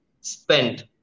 spent